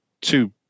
two